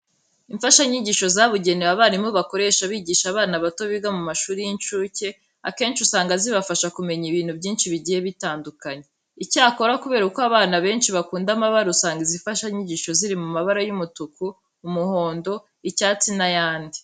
Imfashanyigisho zabugenewe abarimu bakoresha bigisha abana bato biga mu mashuri y'incuke, akenshi usanga zibafasha kumenya ibintu byinshi bigiye bitandukanye. Icyakora kubera ko abana benshi bakunda amabara usanga izi mfashanyigisho ziri mu mabara y'umutuku, umuhondo, icyatsi n'ayandi.